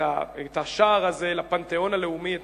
את השער הזה לפנתיאון הלאומי,